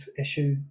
issue